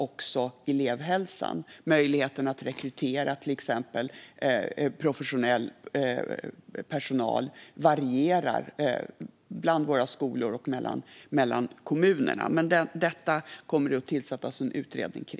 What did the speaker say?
Också elevhälsans möjligheter att rekrytera till exempel professionell personal varierar mellan våra skolor och mellan kommunerna. Men detta kommer det att tillsättas en utredning om.